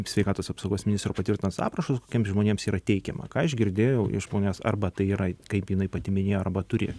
sveikatos apsaugos ministro patvirtintas aprašas kokiems žmonėms yra teikiama ką aš girdėjau iš ponios arba tai yra kaip jinai pati minėjo arba turi